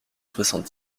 soixante